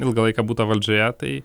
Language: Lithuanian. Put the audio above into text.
ilgą laiką būta valdžioje tai